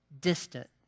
distant